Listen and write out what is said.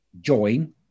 join